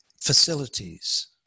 facilities